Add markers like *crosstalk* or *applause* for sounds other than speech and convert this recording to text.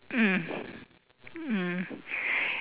mm *breath* mm